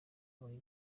muri